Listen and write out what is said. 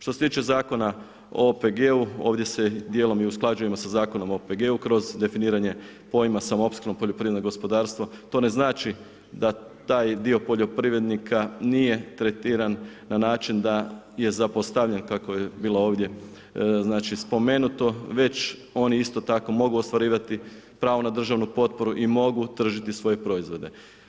Što se tiče zakona o OPG-u ovdje se dijelom i usklađujemo sa Zakonom o OPG-u kroz definiranje pojma samoopskrbnom poljoprivredno gospodarstvo, to ne znači da taj dio poljoprivrednika nije tretiran na način da je zapostavljen kako je bilo ovdje spomenuto već oni isti tako mogu ostvarivati pravo na državnu potporu i mogu tržiti svoje proizvode.